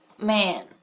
Man